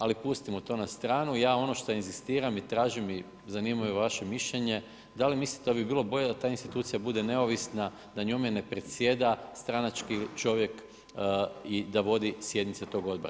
Ali pustimo to na stranu, ja ono što inzistiram i tražim i zanima me vaše mišljenje, da li mislite da bi bilo bolje da ta institucija bude neovisna na njome ne predsjeda stranački čovjek i da vodi sjednice tog odbora.